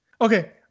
Okay